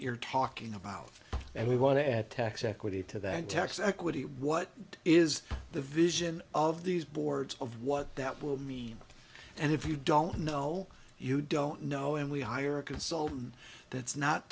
you're talking about and we want to add tax equity to that tax equity what is the vision of these boards of what that will mean and if you don't know you don't know and we hire a consultant that's not